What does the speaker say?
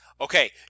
okay